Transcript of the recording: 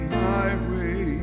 highway